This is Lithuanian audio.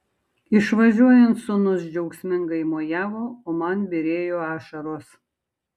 išvažiuojant sūnus džiaugsmingai mojavo o man byrėjo ašaros